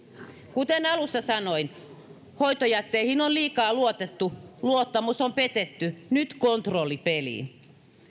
kuten alussa sanoin hoitojätteihin on liikaa luotettu luottamus on petetty nyt kontrolli peliin